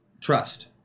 Trust